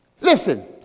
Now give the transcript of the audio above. Listen